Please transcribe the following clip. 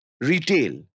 retail